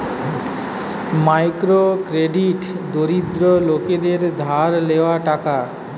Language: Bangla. মাইক্রো ক্রেডিট দরিদ্র লোকদের ধার লেওয়া টাকা